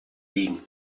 liegen